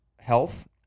health